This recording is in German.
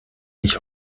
mich